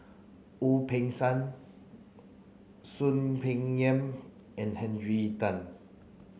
Wu Peng Seng Soon Peng Yam and Henry Tan